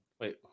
Wait